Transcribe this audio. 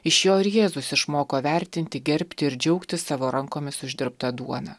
iš jo ir jėzus išmoko vertinti gerbti ir džiaugtis savo rankomis uždirbta duona